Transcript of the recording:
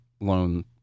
loan